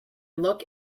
look